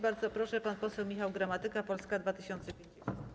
Bardzo proszę, pan poseł Michał Gramatyka, Polska 2050.